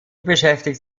beschäftigt